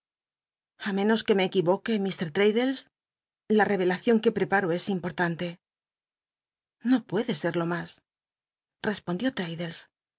a menos que me equi roque ilr traddles la revelacion que preparo es importante no puede serlo mas respondió